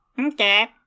okay